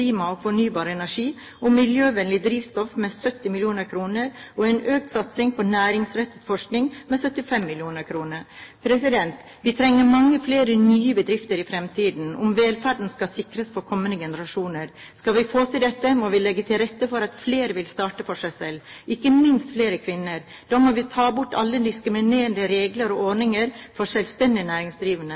klima og fornybar energi og miljøvennlig drivstoff med 70 mill. kr og en økt satsing på næringsrettet forskning med 75 mill. kr. Vi trenger mange flere nye bedrifter i fremtiden om velferden skal sikres for kommende generasjoner. Skal vi få til dette, må vi legge til rette for at flere vil starte for seg selv – ikke minst flere kvinner. Da må vi ta bort alle diskriminerende regler og ordninger for selvstendig næringsdrivende.